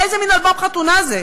איזה מין אלבום חתונה זה?